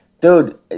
dude